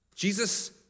Jesus